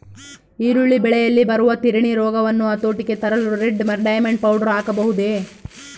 ಈರುಳ್ಳಿ ಬೆಳೆಯಲ್ಲಿ ಬರುವ ತಿರಣಿ ರೋಗವನ್ನು ಹತೋಟಿಗೆ ತರಲು ರೆಡ್ ಡೈಮಂಡ್ ಪೌಡರ್ ಹಾಕಬಹುದೇ?